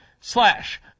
slash